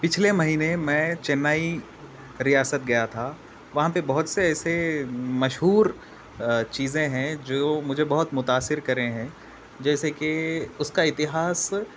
پچھلے مہینے میں چنئی ریاست گیا تھا وہاں پہ بہت سے ایسے مشہور چیزیں ہیں جو مجھے بہت متاثر کرے ہیں جیسے کہ اس کا اتہاس